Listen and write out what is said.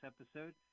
episode